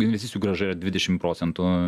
investicijų grąža yra dvidešim procentų